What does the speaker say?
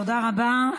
תודה רבה.